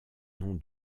nom